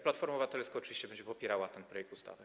Platforma Obywatelska oczywiście będzie popierała ten projekt ustawy.